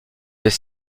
des